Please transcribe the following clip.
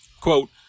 Quote